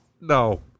no